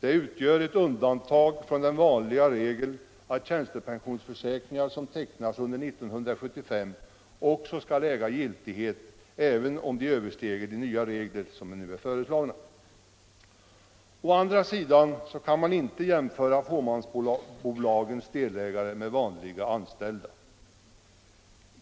utgör ett undantag från regeln att tjänstepensionsförsäkringar som tecknats under 1975 skall äga giltighet, även om de överstiger de nya regler som nu är föreslagna. Å andra sidan kan man inte jämföra fåmansbolagens delägare med vanliga anställda.